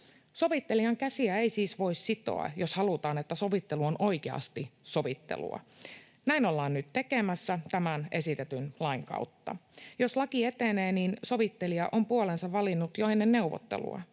Sovittelijan käsiä ei siis voi sitoa, jos halutaan, että sovittelu on oikeasti sovittelua. Näin ollaan nyt tekemässä tämän esitetyn lain kautta. Jos laki etenee, niin sovittelija on puolensa valinnut jo ennen neuvottelua.